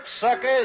suckers